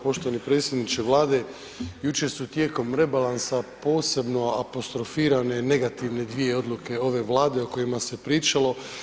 Poštovani predsjedniče Vlade jučer su tijekom rebalansa posebno apostrofirane negativne dvije odluke ove Vlade o kojima se pričalo.